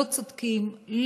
לא צודקים,